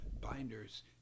binders